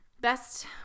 Best